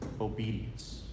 obedience